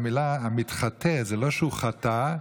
המילה ה"מתחטא" זה לא שהוא חטא,